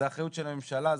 זה אחריות של הממשלה,